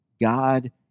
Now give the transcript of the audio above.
God